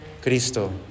Cristo